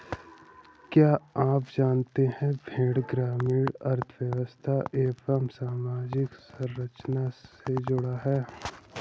क्या आप जानते है भेड़ ग्रामीण अर्थव्यस्था एवं सामाजिक संरचना से जुड़ा है?